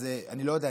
אז אני לא יודע,